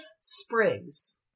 Spriggs